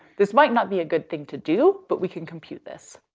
this might not be a good thing to do, but we can compute this.